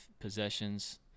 possessions